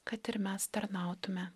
kad ir mes tarnautume